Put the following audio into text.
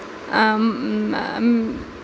اۭں